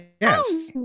Yes